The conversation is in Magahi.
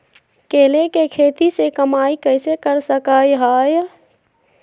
केले के खेती से कमाई कैसे कर सकय हयय?